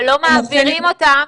אבל לא מעבירים אותם,